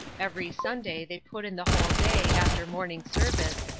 every sunday they put in the whole day, after morning service,